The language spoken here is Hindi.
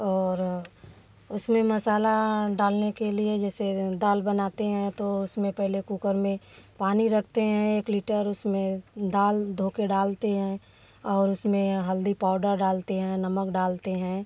और उसमें मसाला डालने के लिए जैसे दाल बनाते हैं तो उसमें पहले कूकर में पानी रखते हैं एक लीटर उसमें दाल धो कर डालते हैं और उसमें हल्दी पाउडर डालते हैं नमक डालते हैं